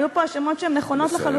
היו פה האשמות שהן נכונות לחלוטין,